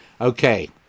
Okay